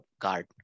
guard